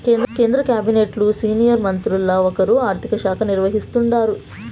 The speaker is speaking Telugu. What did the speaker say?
కేంద్ర కాబినెట్లు సీనియర్ మంత్రుల్ల ఒకరు ఆర్థిక శాఖ నిర్వహిస్తాండారు